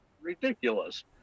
ridiculous